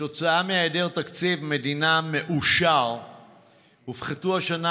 כתוצאה מהיעדר תקציב מדינה מאושר הופחתו השנה